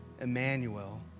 Emmanuel